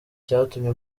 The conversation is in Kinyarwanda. cyatumye